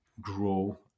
grow